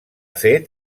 fet